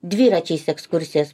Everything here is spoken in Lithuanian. dviračiais ekskursijos